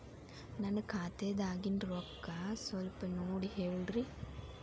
ನನ್ನ ಖಾತೆದಾಗಿನ ರೊಕ್ಕ ಸ್ವಲ್ಪ ನೋಡಿ ಹೇಳ್ರಿ